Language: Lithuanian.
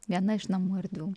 viena iš namų erdvių